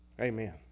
Amen